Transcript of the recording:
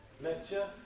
lecture